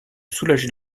soulager